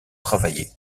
travailler